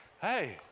Hey